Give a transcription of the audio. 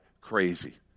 crazy